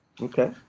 Okay